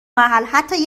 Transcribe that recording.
محل، حتی